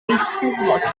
eisteddfod